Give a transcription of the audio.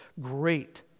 great